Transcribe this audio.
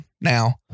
now